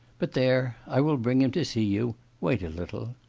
but there, i will bring him to see you wait a little